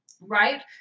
Right